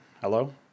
Hello